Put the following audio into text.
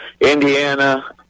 Indiana